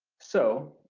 so,